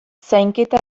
zainketa